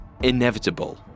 inevitable